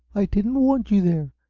i didn't want you there!